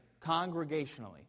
congregationally